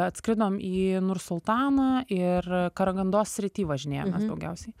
atskridom į nursultaną ir karagandos srity važinėjomės daugiausiai